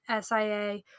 SIA